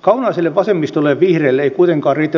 tässä mielessä ongelmattomampia